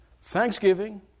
thanksgiving